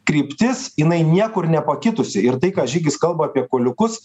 kryptis jinai niekur nepakitusi ir tai ką žygis kalba apie kuoliukus